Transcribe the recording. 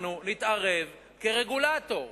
אנחנו נתערב כרגולטור.